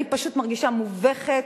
אני פשוט מרגישה מובכת,